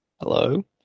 Hello